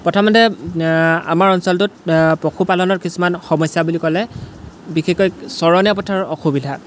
প্ৰথমতে আমাৰ অঞ্চলটোত পশুপালনৰ কিছুমান সমস্যা বুলি ক'লে বিশেষকৈ চৰণীয়া পথাৰৰ অসুবিধা